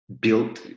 built